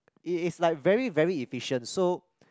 it it's like very very efficient so